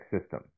system